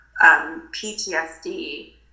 PTSD